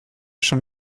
schon